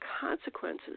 consequences